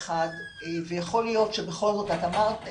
אמרת,